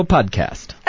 Podcast